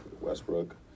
Westbrook